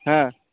ᱦᱮᱸ